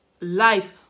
life